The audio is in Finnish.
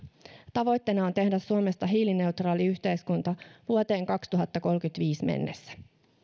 tavoitteena on tehdä suomesta hiilineutraali yhteiskunta vuoteen kaksituhattakolmekymmentäviisi mennessä